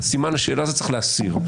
את סימן השאלה הזה צריך להסיר,